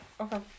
okay